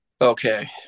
okay